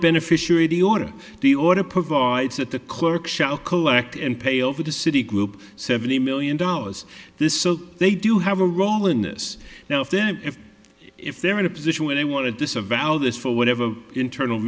beneficiary of the order the order provides that the clerk shall collect and pay over the city group seventy million dollars this so they do have a role in this now if then if if they're in a position where they want to disavow this for whatever internal